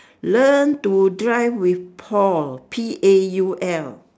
learn to drive with paul P A U L